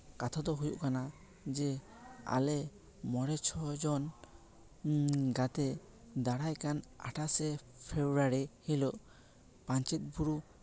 ᱠᱟᱛᱷᱟ ᱫᱚ ᱦᱩᱭᱩᱜ ᱠᱟᱱᱟ ᱡᱮ ᱟᱞᱮ ᱢᱚᱬᱮ ᱪᱷᱚ ᱡᱚᱱ ᱜᱟᱛᱮ ᱫᱟᱨᱟᱭ ᱠᱟᱱ ᱟᱴᱷᱟᱥᱮ ᱯᱷᱮᱵᱽᱨᱩᱣᱟᱨᱤ ᱦᱤᱞᱳᱜ ᱯᱟᱧᱪᱮᱛ ᱵᱩᱨᱩ